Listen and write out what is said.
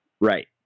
Right